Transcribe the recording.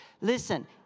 Listen